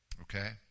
okay